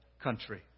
country